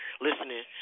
Listening